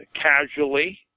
casually